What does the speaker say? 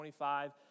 25